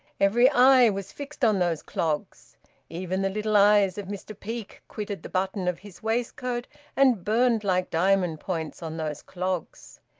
every eye was fixed on those clogs even the little eyes of mr peake quitted the button of his waistcoat and burned like diamond points on those clogs.